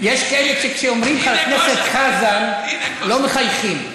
יש כאלה שכשאומרים "חבר כנסת חזן", לא מחייכים.